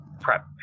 prep